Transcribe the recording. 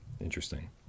interesting